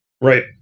Right